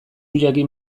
jakin